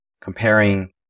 comparing